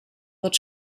wird